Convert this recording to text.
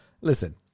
listen